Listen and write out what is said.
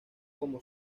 como